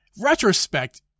Retrospect